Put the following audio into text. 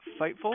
Fightful